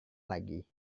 lagi